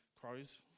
Crows